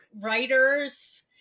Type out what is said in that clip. writers